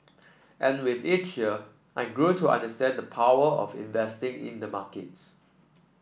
and with each year I grew to understand the power of investing in the markets